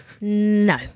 No